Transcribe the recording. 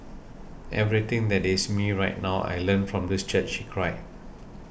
everything that is me right now I learnt from this church cried